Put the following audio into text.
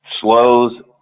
slows